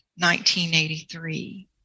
1983